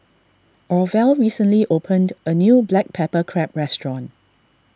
Orvel recently opened a new Black Pepper Crab restaurant